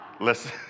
Listen